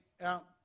out